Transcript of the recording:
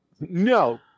No